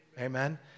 Amen